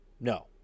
No